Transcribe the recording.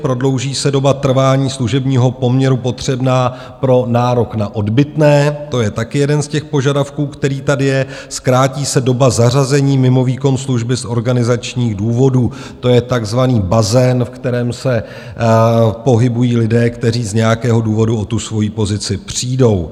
Prodlouží se doba trvání služebního poměru potřebná pro nárok na odbytné to je taky jeden z těch požadavků, který tady je, zkrátí se doba zařazení mimo výkon služby z organizačních důvodů, to je takzvaný bazén, ve kterém se pohybují lidé, kteří z nějakého důvodu o svoji pozici přijdou.